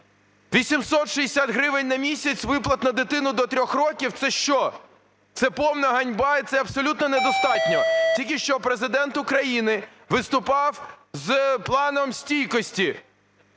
860 гривень на місяць виплат на дитину до трьох років – це що? Це повна ганьба і це абсолютно недостатньо. Тільки що Президент України виступав з планом стійкості